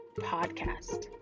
podcast